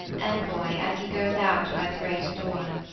envoy, as he goes out by the great door.